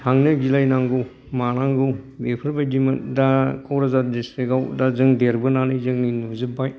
थांनो गिलायनांगौ मानांगौ बेफोरबादिमोन दा क'क्राझार दिसट्रि आव दा जों देरबोनानै जोंनो नुजोबबाय